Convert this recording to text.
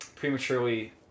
Prematurely